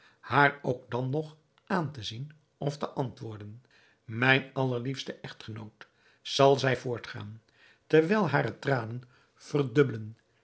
haar ook dan nog aan te zien of te antwoorden mijn allerliefste echtgenoot zal zij voortgaan terwijl hare tranen verdubbelen